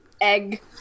egg